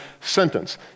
sentence